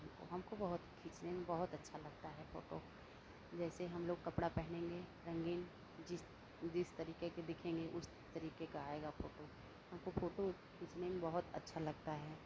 हमको बहुत खींचने में बहुत अच्छा लगता है फ़ोटो जैसे हमलोग कपड़ा पहनेंगे रंगीन जिस जिस तरीके के दिखेंगे उस तरीके का आएगा फोटो हमको फोटो खींचने में बहुत अच्छा लगता है